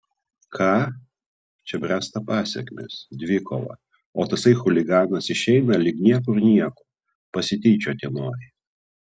ką čia bręsta pasekmės dvikova o tasai chuliganas išeina lyg niekur nieko pasityčioti nori